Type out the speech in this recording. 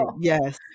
Yes